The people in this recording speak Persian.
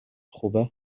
خوبه